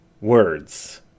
Words